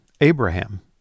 Abraham